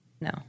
No